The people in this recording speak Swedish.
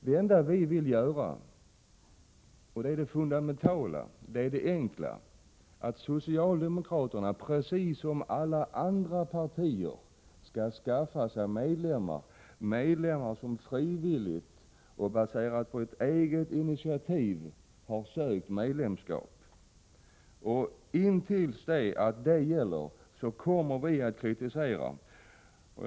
Det enda vi vill åstadkomma — och det är det fundamentala — är att socialdemokraterna, precis som alla andra partier, skaffar sig medlemmar som frivilligt, och på eget initiativ, har sökt medlemskap. Intill dess att detta gäller kommer vi att framföra kritik.